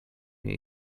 jej